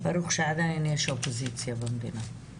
ברוך שעדיין יש אופוזיציה במדינה.